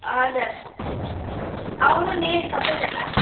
हजुर आउनु नि सपैजना